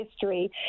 history